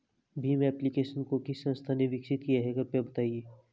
Bhim application को किस संस्था ने विकसित किया है कृपया बताइए?